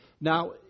Now